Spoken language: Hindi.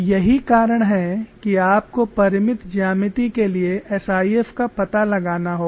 यही कारण है कि आपको परिमित ज्यामितीय के लिए एसआईएफ का पता लगाना होगा